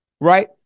right